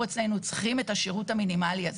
אצלנו צריכים את השירות המינימלי הזה.